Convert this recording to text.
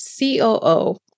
COO